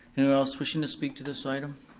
else wishing to speak to this item?